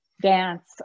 dance